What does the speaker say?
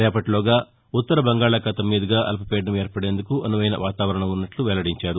రేపటిలోగా ఉత్తర బంగాళాఖాతం మీదుగా అల్పపీడనం ఏర్పడేందుకు అనువైన వాతావరణం ఉన్నట్లు వెల్లడించారు